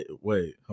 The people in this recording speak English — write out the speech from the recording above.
Wait